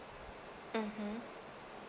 mmhmm